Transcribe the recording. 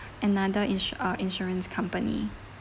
another insu~ uh insurance company